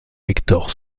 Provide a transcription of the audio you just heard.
hector